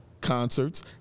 Concerts